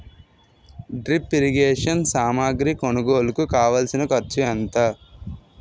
drip irrigation సామాగ్రి కొనుగోలుకు కావాల్సిన ఖర్చు ఎంత